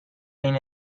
این